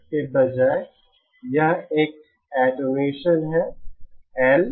इसके बजाय यह एक एटेन्यूएसन है L